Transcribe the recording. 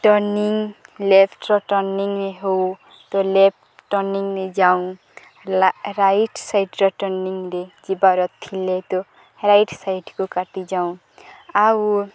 turning ଲେଫ୍ଟର ଟର୍ନିଂରେ ହଉ ତ ଲେଫ୍ଟ ଟର୍ନିଂରେ ଯାଉଁ ରାଇଟ୍ ସାଇଡ଼୍ର ଟର୍ନିଂରେ ଯିବାର ଥିଲେ ତ ରାଇଟ୍ ସାଇଡ଼କୁ କାଟି ଯାଉଁ ଆଉ